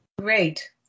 Great